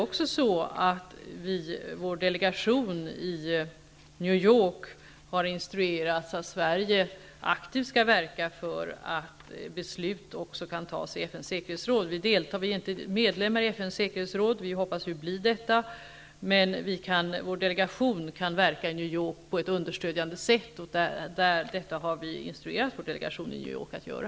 Vidare har vår delegation i New York instruerats att Sverige aktivt skall verka för att beslut också skall tas i FN:s säkerhetsråd. Vi är inte medlemmar i säkerhetsrådet -- vi hoppas ju bli det -- men vår delegation kan verka i New York på ett understödjande sätt. Detta har vi instruerat vår delegation att göra.